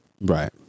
Right